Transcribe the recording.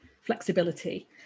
flexibility